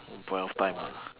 point of time ah